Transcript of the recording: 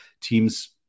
teams